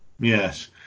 Yes